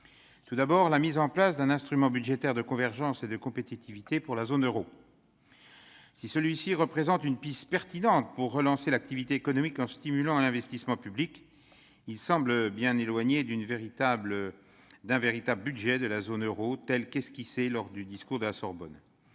Tout d'abord, je retiens la mise en place d'un instrument budgétaire de convergence et de compétitivité pour la zone euro. Si celui-ci représente une piste pertinente pour relancer l'activité économique en stimulant l'investissement public, il semble bien éloigné d'un véritable budget de la zone euro tel qu'esquissé lors du discours de la Sorbonne.